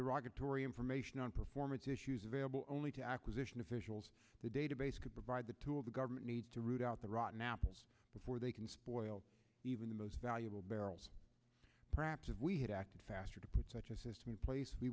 raga tory information on performance issues available only to acquisition officials the database could provide the two of the government need to root out the rotten apples before they can spoil even the most valuable barrels perhaps if we had acted faster to put such a system in place we